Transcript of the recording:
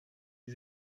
die